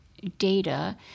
data